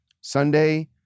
Sunday